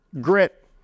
grit